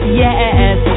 yes